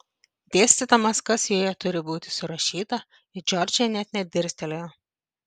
dėstydamas kas joje turi būti surašyta į džordžiją net nedirstelėjo